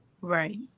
right